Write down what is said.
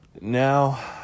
now